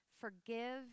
forgive